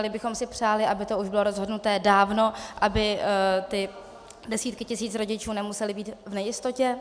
Bývali bychom si přáli, aby to už bylo rozhodnuté dávno, aby ty desítky tisíc rodičů nemusely být v nejistotě.